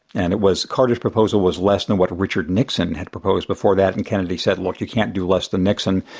and it was carter's proposal was less than what richard nixon had proposed before that and kennedy said well look you can't do less than nixon.